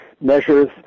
measures